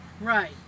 right